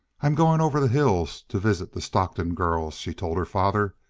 i'm going over the hills to visit the stockton girls, she told her father.